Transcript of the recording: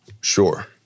Sure